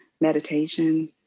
meditation